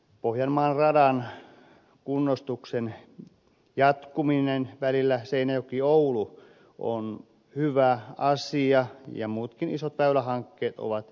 pohjanmaan radan kunnostuksen jatkuminen välillä seinäjokioulu on hyvä asia ja muutkin isot väylähankkeet ovat tervetulleita